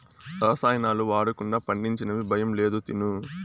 రసాయనాలు వాడకుండా పండించినవి భయం లేదు తిను